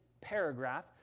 paragraph